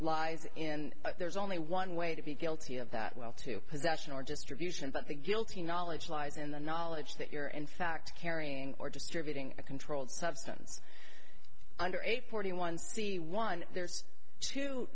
lies in there is only one way to be guilty of that well to possession or distribution but the guilty knowledge lies in the knowledge that you're in fact carrying or distributing a controlled substance under eight forty one c one there's two